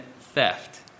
theft